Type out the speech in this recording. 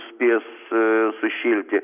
spės aa sušilti